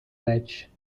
ledge